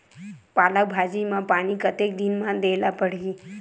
पालक भाजी म पानी कतेक दिन म देला पढ़ही?